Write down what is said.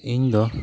ᱤᱧ ᱫᱚ